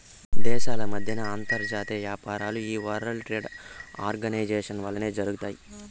దేశాల మద్దెన అంతర్జాతీయ యాపారాలు ఈ వరల్డ్ ట్రేడ్ ఆర్గనైజేషన్ వల్లనే జరగతాయి